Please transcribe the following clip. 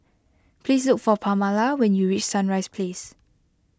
please look for Pamala when you reach Sunrise Place